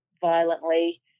violently